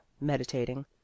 meditating